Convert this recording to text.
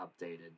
updated